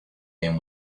him